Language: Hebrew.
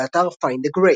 באתר "Find a Grave"